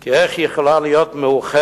כי איך היא יכלה להיות מאוחדת